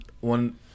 one